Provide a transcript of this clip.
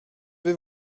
vais